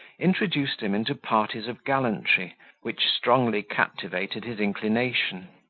introduced him into parties of gallantry which strongly captivated his inclination.